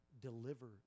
deliver